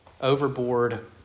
overboard